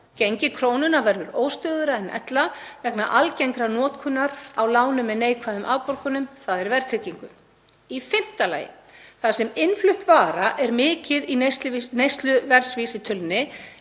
Gengi krónunnar verður óstöðugri en ella vegna algengrar notkunar á lánum með neikvæðum afborgunum, þ.e. verðtryggingu. Í fimmta lagi: Þar sem innflutt vara er mikið í neysluverðsvísitölunni